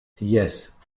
yes